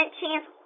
chance